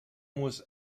was